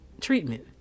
treatment